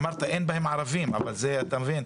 שאמרת אין בהם ערבים, אבל זה אתה מבין?